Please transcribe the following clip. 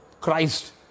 Christ